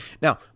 Now